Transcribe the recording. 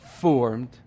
formed